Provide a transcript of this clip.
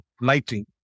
lighting